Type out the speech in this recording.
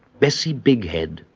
bessie bighead,